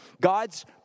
God's